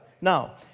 Now